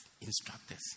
instructors